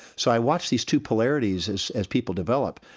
so i watch these two polarities as as people develop,